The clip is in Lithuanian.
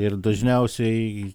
ir dažniausiai